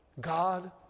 God